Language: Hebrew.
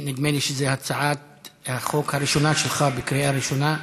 נדמה לי שזו הצעת החוק הראשונה שלך בקריאה ראשונה,